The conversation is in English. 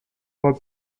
for